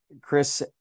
Chris